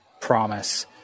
promise